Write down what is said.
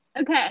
Okay